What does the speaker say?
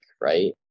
right